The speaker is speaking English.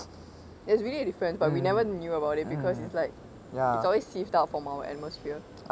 there's really a difference but we never knew about it because it's like it's always sieved out from our atmosphere